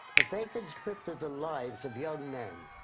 if they conscripted the lives of young men,